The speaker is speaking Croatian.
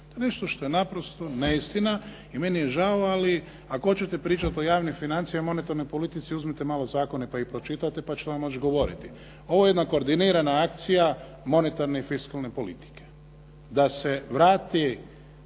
nešto što je naprosto neistina i meni je žao. Ali ako hoćete pričati o javnim financijama, monetarnoj politici uzmite malo zakone pa ih pročitajte pa ću vam moći govoriti. Ovo je jedna koordinirana akcija monetarne i fiskalne politike